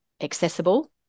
accessible